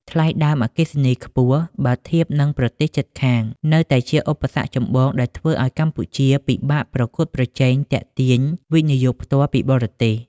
ថ្លៃដើមអគ្គិសនីខ្ពស់បើធៀបនឹងប្រទេសជិតខាង នៅតែជាឧបសគ្គចម្បងដែលធ្វើឱ្យកម្ពុជាពិបាកប្រកួតប្រជែងទាក់ទាញ វិនិយោគផ្ទាល់ពីបរទេស។